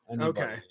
Okay